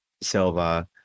Silva